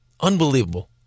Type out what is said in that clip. Unbelievable